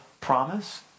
promise